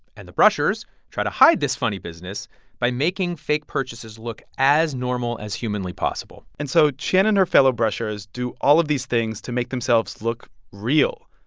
and the brushers try to hide this funny business by making fake purchases look as normal as humanly possible and so qian and her fellow brushers do all of these things to make themselves look real,